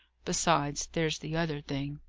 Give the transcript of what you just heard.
besides, there's the other thing.